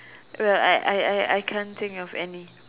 well I I I I can't think of any